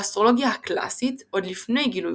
באסטרולוגיה ה"קלאסית" – עוד לפני גילויו